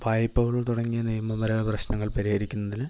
വായ്പ്പകൾ തുടങ്ങിയ നിയമപരമായ പ്രശ്നങ്ങൾ പരിഹരിക്കുന്നതിന്